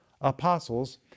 apostles